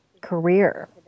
career